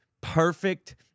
perfect